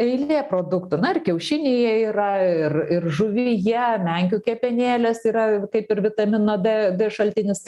eilė produktų na ir kiaušinyje yra ir ir žuvyje menkių kepenėlės yra kaip ir vitamino d d šaltinis